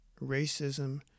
racism